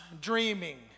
dreaming